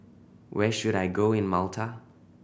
where should I go in Malta